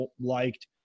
liked